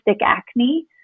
acne